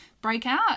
breakout